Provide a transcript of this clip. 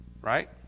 Right